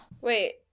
Wait